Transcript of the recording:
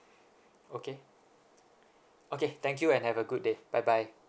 okay okay thank you and have a good day bye bye